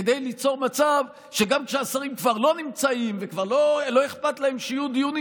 כדי ליצור מצב שגם כשהשרים כבר לא נמצאים ולא אכפת להם שיהיו דיונים,